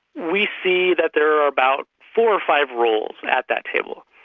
we see that there are about four or five roles at that table.